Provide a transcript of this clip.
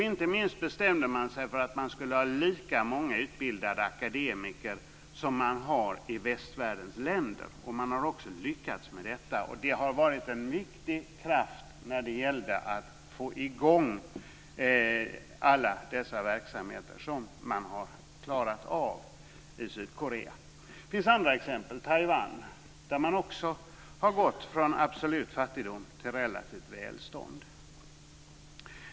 Inte minst bestämde man sig för att ha lika många utbildade akademiker som det finns i västvärldens länder, och man har också lyckats med det. Det har varit en viktig kraft för att få i gång alla de verksamheter som man har klarat av. Det finns andra exempel. I Taiwan har man också gått från absolut fattigdom till relativt välstånd.